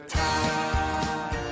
time